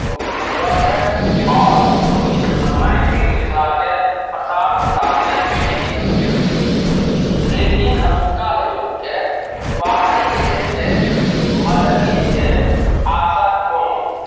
ओ उतरल छथि आओर मिथ मैथिल मिथिलाके प्रचार प्रसारमे जुटि गेल छथिये ई लेकनि अतुक्का लोकके बाहरी जे छै से मददके आशा कम